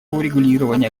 урегулирование